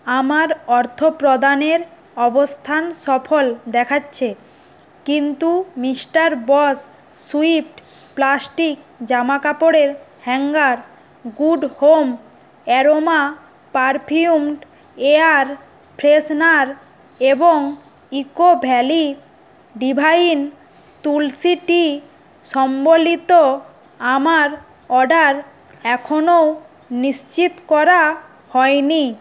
আমার অর্থ প্রদানের অবস্থান সফল দেখাচ্ছে কিন্তু মিস্টার বস সুইফট প্লাস্টিক জামা কাপড়ের hanger good home aroma perfumed air freshener এবং eco valley divine tulsi tea সম্বলিত আমার অর্ডার এখনো নিশ্চিত করা হয় নি